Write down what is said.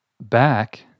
back